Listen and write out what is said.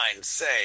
say